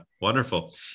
Wonderful